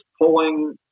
pulling